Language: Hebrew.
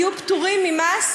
יהיו פטורים ממס,